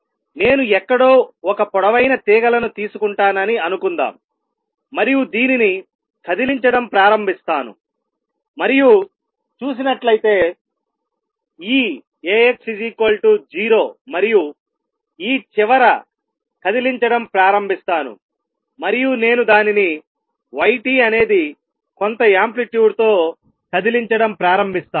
నేను ఎక్కడో ఒక పొడవైన తీగలను తీసుకుంటానని అనుకుందాం మరియు దీనిని కదిలించడం ప్రారంభిస్తాను మరియు చూసినట్లయితే ఈ A x 0 మరియు ఈ చివర కదిలించడం ప్రారంభిస్తాను మరియు నేను దానిని y t అనేది కొంత యాంప్లిట్యూడ్ తో కదిలించడం ప్రారంభిస్తాను